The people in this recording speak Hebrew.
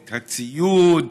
את הציוד,